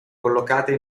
collocate